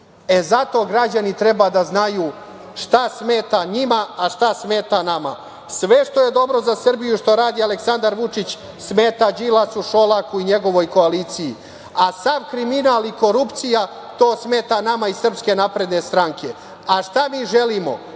građani treba da znaju šta smeta njima, a šta smeta nama. Sve što je dobro za Srbiju i što radi Aleksandar Vučić smeta Đilasu, Šolaku i njegovoj koaliciji, a sam kriminal i korupcija, to smeta nama iz Srpske napredne stranke. Šta mi želimo?